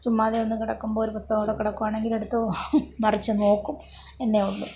ചുമ്മാതെ ഒന്ന് കിടക്കുമ്പോൾ ഒരു പുസ്തകകമൊക്കെ കിടക്കുവാണെങ്കിൽ എടുത്ത് മറിച്ച് നോക്കും എന്നേ ഉള്ളു